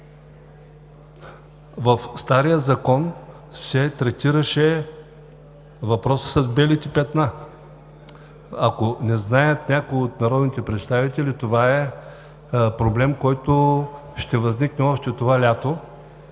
В стария закон се третираше въпросът с „белите петна“. Ако някои от народните представители не знаят, това е проблем, който ще възникне още това лято.